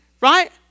right